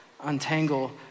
untangle